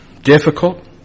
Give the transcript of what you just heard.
Difficult